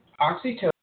oxytocin